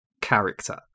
character